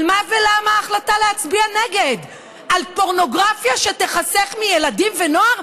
על מה ולמה החלטה להצביע נגד על פורנוגרפיה שתיחסך מילדים ונוער?